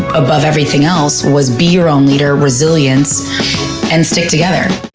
above everything else, was be your own leader, resilience and stick together.